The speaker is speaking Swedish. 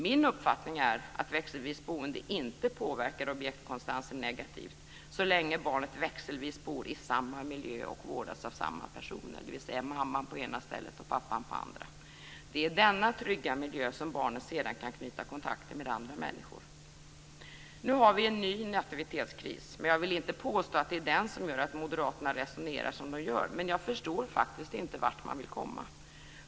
Min uppfattning är att växelvis boende inte påverkar objektkonstansen negativt så länge barnet växelvis bor i samma miljö och vårdas av samma personer, dvs. mamman på ena stället och pappan på det andra. Det är i denna trygga miljö som barnet sedan kan knyta kontakter med andra människor. Nu har vi en ny nativitetskris, men jag vill inte påstå att det är den som gör att Moderaterna resonerar som de gör. Jag förstår faktiskt inte vart man vill komma.